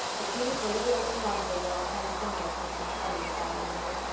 it's me for little old toronto where i'll find some way of helping in spite of this bally ankle.